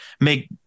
make